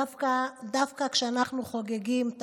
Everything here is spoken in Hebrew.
דווקא כשאנחנו חוגגים את